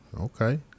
Okay